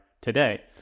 today